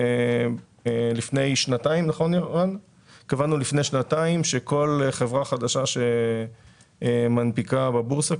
לפני שנתיים אנחנו קבענו שכל חברה חדשה שמנפיקה בבורסה,